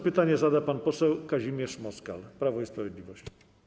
Pytanie zada pan poseł Kazimierz Moskal, Prawo i Sprawiedliwość.